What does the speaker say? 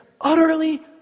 utterly